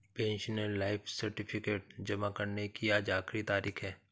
pensioner life certificate जमा करने की आज आखिरी तारीख है